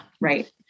right